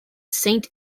saint